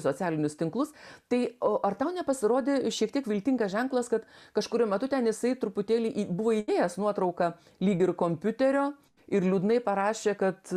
socialinius tinklus tai o ar tau nepasirodė šiek tiek viltingas ženklas kad kažkuriuo metu ten jisai truputėlį buvo įdėjęs nuotrauką lyg ir kompiuterio ir liūdnai parašė kad